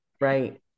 Right